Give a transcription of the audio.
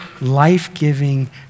life-giving